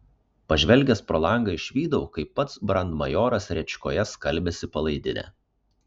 pažvelgęs pro langą išvydau kaip pats brandmajoras rėčkoje skalbiasi palaidinę